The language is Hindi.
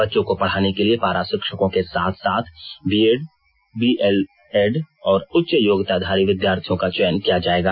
बच्चों को पढ़ाने के लिए पारा शिक्षकों के साथ साथ बीएड डीएलएड और उच्च योग्यताधारी विद्यार्थियों का चयन किया जाएगा